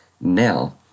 now